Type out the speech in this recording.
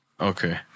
Okay